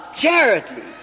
charity